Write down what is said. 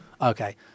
Okay